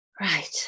right